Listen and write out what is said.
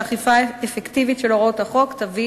שאכיפה אפקטיבית של הוראות החוק תביא